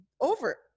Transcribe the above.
over